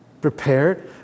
prepared